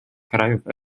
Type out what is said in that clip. krajów